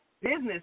business